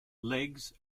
legs